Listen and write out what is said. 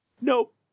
Nope